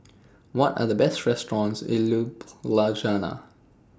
What Are The Best restaurants in Ljubljana